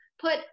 put